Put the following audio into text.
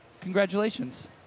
congratulations